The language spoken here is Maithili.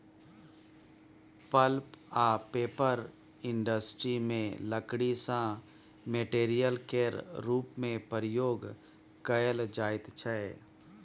पल्प आ पेपर इंडस्ट्री मे लकड़ी राँ मेटेरियल केर रुप मे प्रयोग कएल जाइत छै